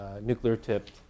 nuclear-tipped